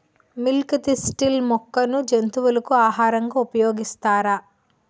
Milk thistle మొక్కను జంతువులకు ఆహారంగా ఉపయోగిస్తారా?